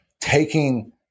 taking